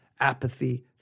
apathy